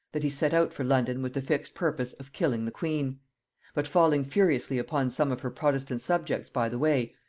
that he set out for london with the fixed purpose of killing the queen but falling furiously upon some of her protestant subjects by the way,